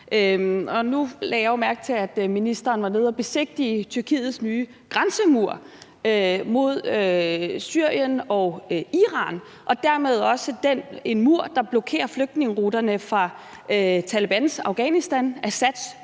Nu lagde jeg mærke til, at ministeren var nede at besigtige Tyrkiets nye grænsemur mod Syrien og Iran og dermed også den mur, der blokerer flygtningeruterne fra Talebans Afghanistan, Assads